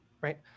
right